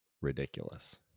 ridiculous